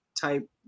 type